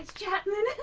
chapman.